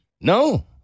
No